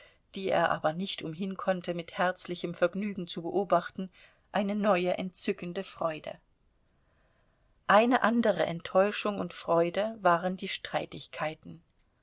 die er aber nicht umhinkonnte mit herzlichem vergnügen zu beobachten eine neue entzückende freude eine andere enttäuschung und freude waren die streitigkeiten